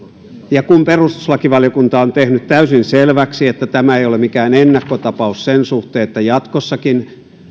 ja kun perustuslakivaliokunta on tehnyt täysin selväksi että tämä ei ole mikään ennakkotapaus sen suhteen että jatkossakin